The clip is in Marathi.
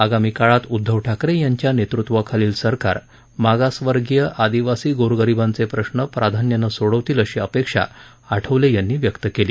आगामी काळात उद्धव ठाकरे यांच्या नेतृत्वाखालील सरकार मागासवर्गीय आदिवासी गोरगरिबांचे प्रश्न प्राधान्यानं सोडवतील अशी अपेक्षा आठवले यांनी व्यक्त केली